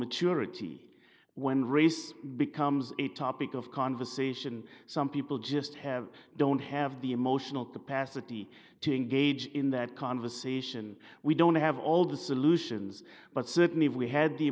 maturity when race becomes a topic of conversation some people just have don't have the emotional capacity to engage in that conversation we don't have all the solutions but certainly if we had the